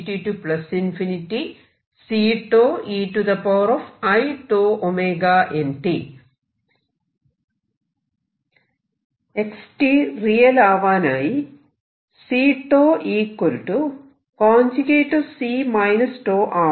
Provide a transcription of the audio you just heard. x real ആകാനായി C𝞃 C 𝞃 ആവണം